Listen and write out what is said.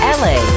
la